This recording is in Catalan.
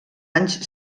anys